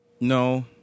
No